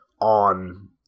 on